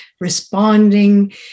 responding